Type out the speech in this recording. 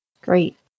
Great